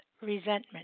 resentment